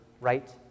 right